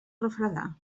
refredar